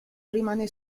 rimane